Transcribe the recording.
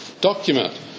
document